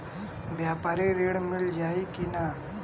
व्यापारी ऋण मिल जाई कि ना?